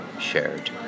shared